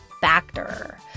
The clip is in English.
Factor